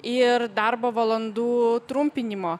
ir darbo valandų trumpinimo